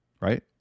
right